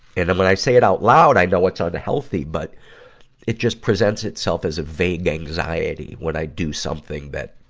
and when i say it out loud, i know it's unhealthy, but it just presents itself as a vague anxiety when i do something that,